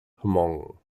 hmong